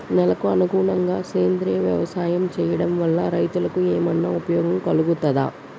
నేలకు అనుకూలంగా సేంద్రీయ వ్యవసాయం చేయడం వల్ల రైతులకు ఏమన్నా ఉపయోగం కలుగుతదా?